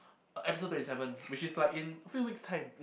episode twenty seven which is like in few weeks time